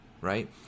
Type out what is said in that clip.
right